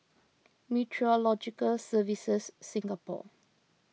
Meteorological Services Singapore